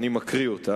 אני מקריא אותה.